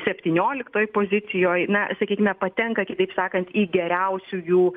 septynioliktoj pozicijoj na sakykime patenka kitaip sakant į geriausiųjų